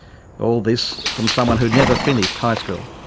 all this from someone who never finished high school.